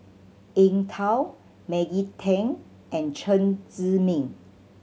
Eng Tow Maggie Teng and Chen Zhiming